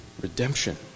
redemption